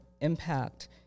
impact